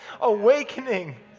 awakening